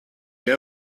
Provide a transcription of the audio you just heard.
you